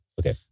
Okay